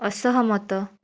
ଅସହମତ